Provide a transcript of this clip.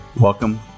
welcome